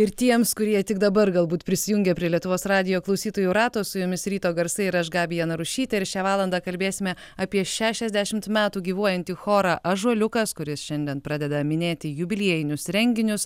ir tiems kurie tik dabar galbūt prisijungė prie lietuvos radijo klausytojų rato su jumis ryto garsai ir aš gabija narušytė ir šią valandą kalbėsime apie šešiasdešimt metų gyvuojantį chorą ąžuoliukas kuris šiandien pradeda minėti jubiliejinius renginius